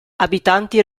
abitanti